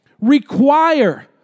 require